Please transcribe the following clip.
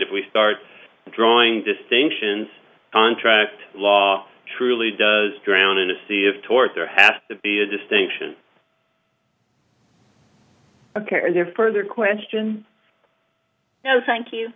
if we start drawing distinctions contract law truly does drown in a sea of tort there has to be a distinction ok there further question now thank you